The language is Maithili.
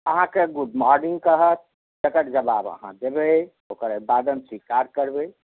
अहाँकेँ गुड मॉर्निंग कहत तकर जबाब अहाँ देबै ओकर अभिवादन स्वीकार करबै